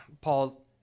Paul